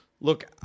look